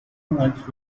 much